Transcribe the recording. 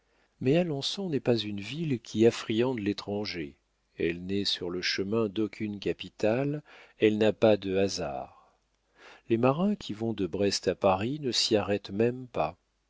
mais alençon n'est pas une ville qui affriande l'étranger elle n'est sur le chemin d'aucune capitale elle n'a pas de hasards les marins qui vont de brest à paris ne s'y arrêtent même pas